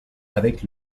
avec